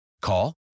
Call